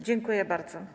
Dziękuję bardzo.